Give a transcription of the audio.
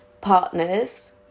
partners